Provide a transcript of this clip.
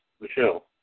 Michelle